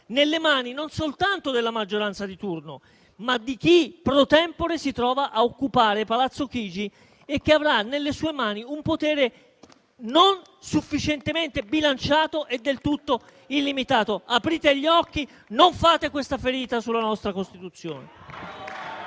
nelle mani non soltanto della maggioranza di turno, ma di chi *pro tempore* si trova a occupare Palazzo Chigi e che avrà nelle sue mani un potere non sufficientemente bilanciato e del tutto illimitato. Aprite gli occhi, non fate questa ferita alla nostra Costituzione.